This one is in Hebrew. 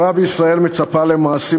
החברה בישראל מצפה למעשים,